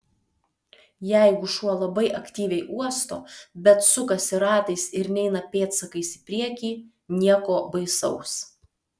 jeigu šuo labai aktyviai uosto bet sukasi ratais ir neina pėdsakais į priekį nieko baisaus